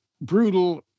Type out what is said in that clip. brutal